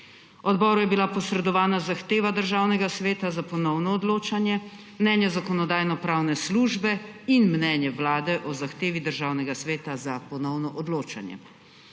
Odboru je bila posredovana zahteva Državnega sveta za ponovno odločanje, mnenje Zakonodajno-pravne službe in mnenje Vlade o zahtevi Državnega sveta za ponovno odločanje.